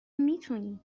میتونی